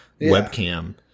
webcam